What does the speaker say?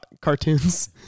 cartoons